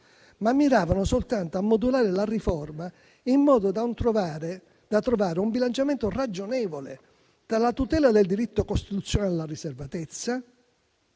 ma miravano soltanto a modulare la riforma in modo da trovare un bilanciamento ragionevole: dalla tutela del diritto costituzionale alla riservatezza